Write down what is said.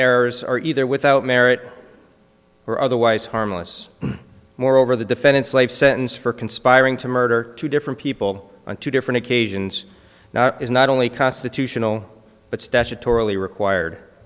errors are either without merit or otherwise harmless moreover the defendant's life sentence for conspiring to murder two different people on two different occasions now is not only constitutional but statutorily required